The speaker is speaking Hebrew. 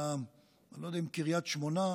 לא יודע אם קריית שמונה,